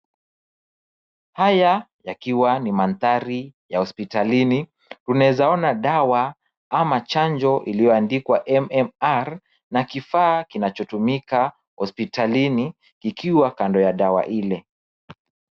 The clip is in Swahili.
Haya yakiwa ni mandhari ya hospitalini, unawezaona dawa ama chanjo iliyoandikwa MMR na kifaa kinachotumika hospitalini kikiwa kando ya dawa ile.